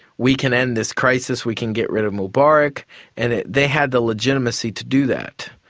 we can end this crisis, we can get rid of mubarak and they had the legitimacy to do that.